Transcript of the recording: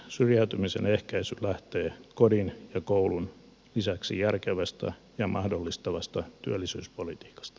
syrjäytymisen ehkäisy lähtee kodin ja koulun lisäksi järkevästä ja mahdollistavasta työllisyyspolitiikasta